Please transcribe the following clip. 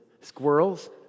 squirrels